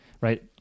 Right